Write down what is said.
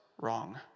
wrong